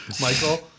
Michael